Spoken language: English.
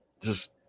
just-